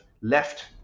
left